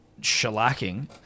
shellacking